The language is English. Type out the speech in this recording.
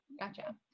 Gotcha